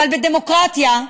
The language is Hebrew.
אבל בדמוקרטיה,